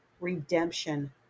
redemption